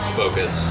focus